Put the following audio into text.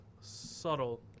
subtle